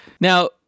Now